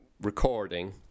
recording